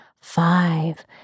five